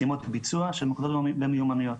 משימות ביצוע שממוקדות במיומנויות.